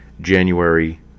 January